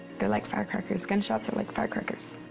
they're like firecrackers. gunshots are like firecrackers.